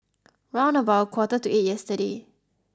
round about a quarter to eight yesterday